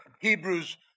Hebrews